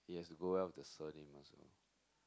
it has to go well with the surname also